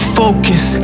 focus